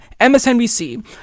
MSNBC